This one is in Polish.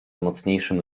mocniejszym